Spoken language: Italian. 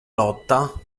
lotta